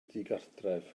digartref